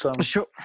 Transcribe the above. Sure